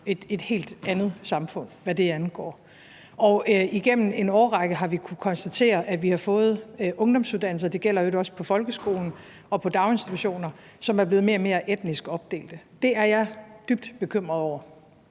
et helt andet samfund, hvad det angår, og igennem en årrække har vi kunnet konstatere, at vi har fået ungdomsuddannelser, og det gælder i øvrigt også folkeskoler og daginstitutioner, som er blevet mere og mere etnisk opdelte. Det er jeg dybt bekymret over.